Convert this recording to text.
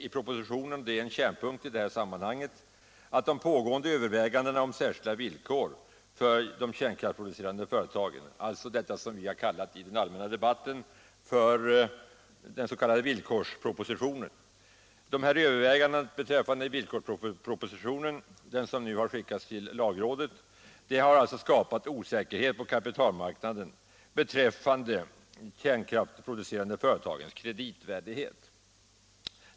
I propositionen sägs — och det är en kärnpunkt i sammanhanget — att de pågående övervägandena om särskilda villkor för de kärnkraftsproducerande företagen, alltså detta som i den allmänna debatten har kallats villkorspropositionen vilken nu har skickats till lagrådet, har skapat osäkerhet på kapitalmarknaden beträffande de kärnkraftsproducerande företagens kreditvärdighet.